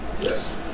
Yes